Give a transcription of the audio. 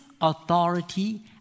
authority